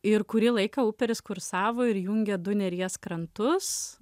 ir kurį laiką uperis kursavo ir jungė du neries krantus